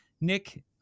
Nick